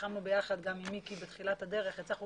נלחמנו ביחד גם עם מיקי בתחילת הדרך והצלחנו